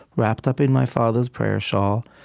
wrapped up in my father's prayer shawl.